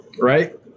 right